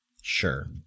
Sure